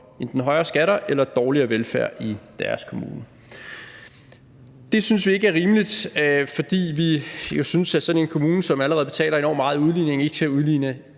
enten højere skatter eller dårligere velfærd i deres kommune. Det synes vi ikke er rimeligt, for vi synes jo, at sådan en kommune, som allerede betaler enormt meget i udligning, ikke skal udligne